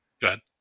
good